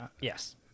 Yes